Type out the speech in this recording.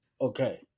Okay